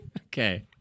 Okay